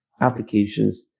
applications